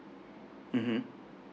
mmhmm